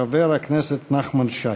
חבר הכנסת נחמן שי.